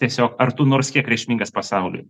tiesiog ar tu nors kiek reikšmingas pasauliui